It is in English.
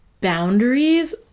boundaries